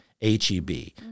H-E-B